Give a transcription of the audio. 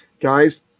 guys